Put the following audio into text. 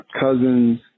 cousins